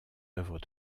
œuvres